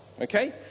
Okay